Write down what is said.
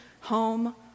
home